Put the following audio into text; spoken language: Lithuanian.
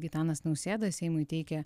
gitanas nausėda seimui teikia